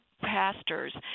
pastors